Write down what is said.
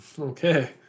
Okay